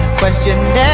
questioned